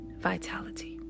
Vitality